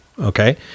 okay